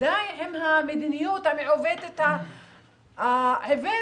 די עם המדיניות המעוותת העיוורת,